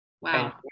Wow